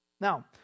Now